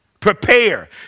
Prepare